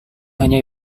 hanya